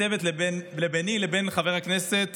ניצבת ביני לבין חבר הכנסת